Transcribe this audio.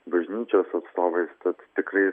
bažnyčios atstovais tad tikrai